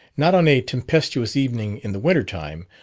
not on a tempestuous evening in the winter time,